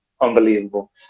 unbelievable